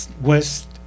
West